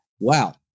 Wow